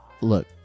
Look